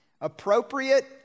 Appropriate